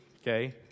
okay